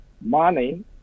money